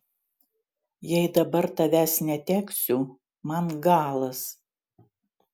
jei dabar tavęs neteksiu man galas